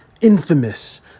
infamous